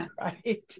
Right